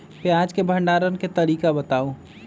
प्याज के भंडारण के तरीका बताऊ?